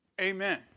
amen